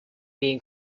being